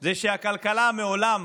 זה שהכלכלה מעולם